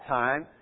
time